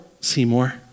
Seymour